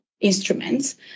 instruments